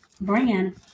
brand